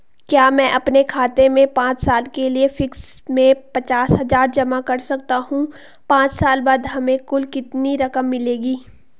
क्या मैं अपने खाते में पांच साल के लिए फिक्स में पचास हज़ार जमा कर सकता हूँ पांच साल बाद हमें कुल कितनी रकम मिलेगी?